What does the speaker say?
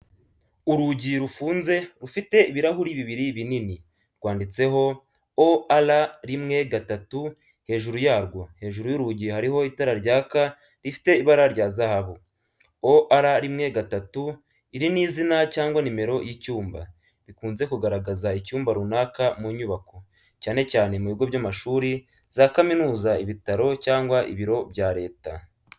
Urugi rufunze, rufite ibirahuri bibiri binini, rwanditseho "0R13" hejuru yarwo, hejuru y’urugi hariho itara ryaka rifite ibara rya zahabu. 0R13, iri ni izina cyangwa nimero y’icyumba. Bikunze kugaragaza icyumba runaka mu nyubako, cyane cyane mu bigo by’amashuri, za kaminuza, ibitaro cyangwa ibiro bya leta.